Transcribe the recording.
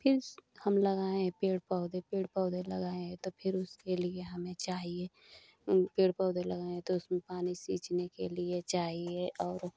फिर हम लगाएँ पेड़ पौधे पेड़ पौधे लगाए हैं तो फिर उसके लिए हमें चाहिए पेड़ पौधे लगाएँ तो उसमें पानी सींचने के लिए चाहिए और